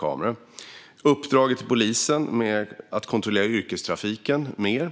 Har uppdraget till polisen att öka kontrollen av yrkestrafiken betydelse? Har